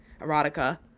erotica